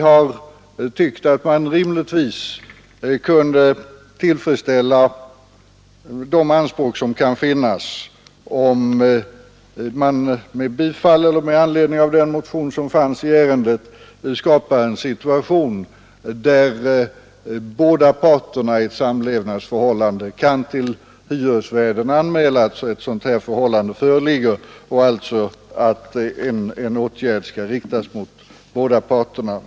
Vi tycker att man rimligtvis borde kunna tillfredsställa de anspråk på trygghet som där kan ställas genom att man — med anledning av den motion som väckts i ärendet — skapar regler enligt vilka båda parterna i ett samlevnadsförhållande kan till hyresvärden anmäla sin situation så att en åtgärd skall riktas mot båda parterna även om detta innebär en något minskad trygghet.